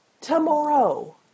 tomorrow